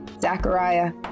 Zachariah